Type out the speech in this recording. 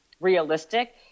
realistic